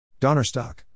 Donnerstock